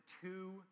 two